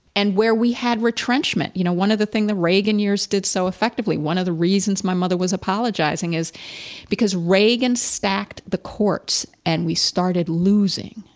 and where we had retrenchment. you know, one of the thing the reagan years did so effectively, one of the reasons my mother was apologizing is because reagan stacked the courts and we started losing,